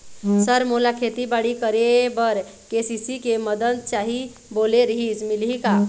Sir मोला खेतीबाड़ी करेबर के.सी.सी के मंदत चाही बोले रीहिस मिलही का?